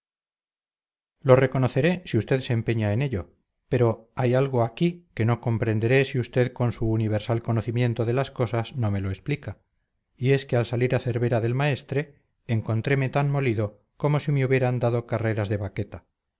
lo reconoceré si usted se empeña en ello pero hay algo aquí que no comprenderé si usted con su universal conocimiento de las cosas no me lo explica y es que al salir a cervera del maestre encontréme tan molido como si me hubieran dado carreras de baqueta